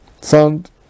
Sound